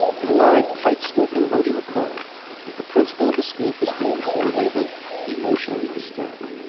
blue-eyed pipe-smoking rhody mccoy was the principal of a school for students who were labeled emotionally disturbed.